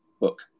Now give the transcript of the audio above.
book